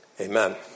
Amen